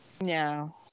No